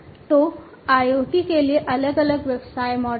तो IoT के लिए अलग अलग व्यवसाय मॉडल हैं